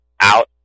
out